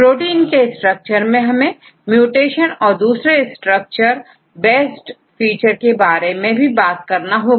protein के structure में हमें म्यूटेशन और दूसरे स्ट्रक्चर बेस्ट फीचर के बारे में भी बात करना होगी